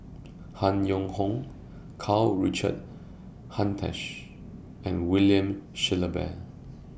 Han Yong Hong Karl Richard Hanitsch and William Shellabear